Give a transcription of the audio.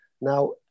Now